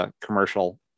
commercial